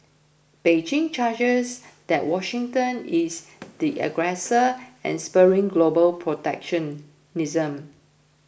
Beijing charges that Washington is the aggressor and spurring global protectionism